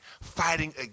fighting